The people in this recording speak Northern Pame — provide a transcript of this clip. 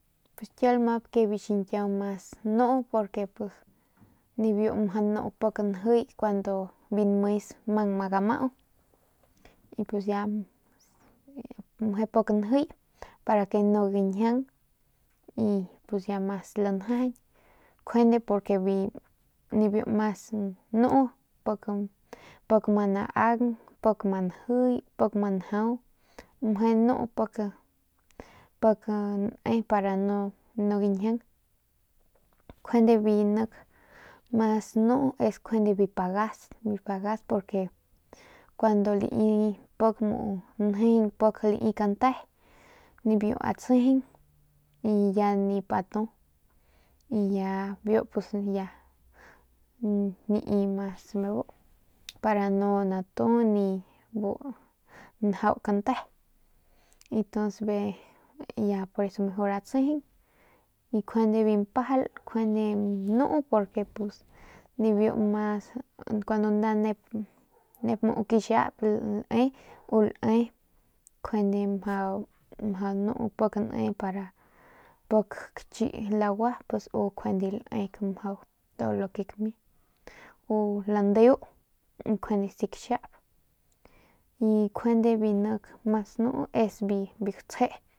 Kiau lamap ke biu xiñkiau mas mjau nu purke nuu pik njiy cuando biu nmes mang ama gamau y pues ya meje pik njiy y para que no njiung y mas lanjajañ njuande porque nibiu mas nuu pik ama naaung pik nma njiy pik nma njau meje nuu pik ne para nu njiung, njuande nik mas nuu es biu pagas biu pagas porque cuando lai pik muu njejeung pik lai kante nibiu atsejeung y ya nip atu y ya nibiu pus ya nai mas bebu para nu natu ni pa bu njau kante y tuns be pues mejor atsejeung njuande biu npajal njuande mjau nuu kuando nep mu kaxiap ne u lae njuande mjau nuu pik ne cuando kachi pik lagua pus u njuande laedk mjau todo lo que kamiang u njuande landeu lo que kaxiap y njuande biu nik mas nuu es biu gutsje.